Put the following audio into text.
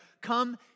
come